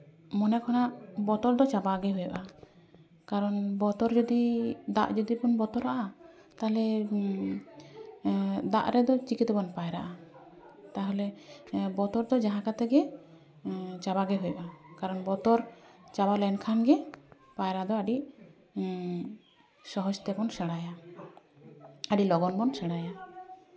ᱢᱚᱱᱮ ᱠᱷᱚᱱᱟᱜ ᱵᱚᱛᱚᱨ ᱫᱚ ᱪᱟᱵᱟᱜᱮ ᱦᱩᱭᱩᱜᱼᱟ ᱠᱟᱨᱚᱱ ᱵᱚᱛᱚᱨ ᱡᱩᱫᱤ ᱫᱟᱜ ᱡᱩᱫᱤ ᱵᱚᱱ ᱵᱚᱛᱚᱨᱟᱜᱼᱟ ᱛᱟᱦᱚᱞᱮ ᱫᱟᱜ ᱨᱮᱫᱚ ᱪᱤᱠᱟᱹ ᱛᱮᱵᱚᱱ ᱯᱟᱭᱨᱟᱜᱼᱟ ᱛᱟᱦᱚᱞᱮ ᱵᱚᱛᱚᱨ ᱫᱚ ᱡᱟᱦᱟᱸ ᱠᱟᱛᱮᱜᱮ ᱪᱟᱵᱟᱜᱮ ᱦᱩᱭᱩᱜᱼᱟ ᱠᱟᱨᱚᱱ ᱵᱚᱛᱚᱨ ᱪᱟᱵᱟ ᱞᱮᱱᱠᱷᱟᱱᱜᱮ ᱯᱟᱭᱨᱟ ᱫᱚ ᱟᱹᱰᱤ ᱥᱚᱦᱚᱡ ᱛᱮᱵᱚᱱ ᱥᱮᱬᱟᱭᱟ ᱟᱹᱰᱤ ᱞᱚᱜᱚᱱ ᱵᱚᱱ ᱥᱮᱬᱟᱭᱟ